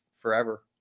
forever